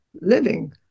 living